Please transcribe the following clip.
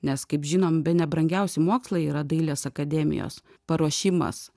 nes kaip žinom bene brangiausi mokslai yra dailės akademijos paruošimas